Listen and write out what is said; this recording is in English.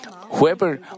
Whoever